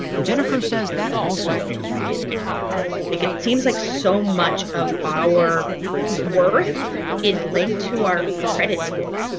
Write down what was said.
jennifer says that also feels really scary to her it it seems like so much of our worth is linked to our credit score.